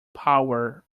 power